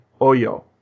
Oyo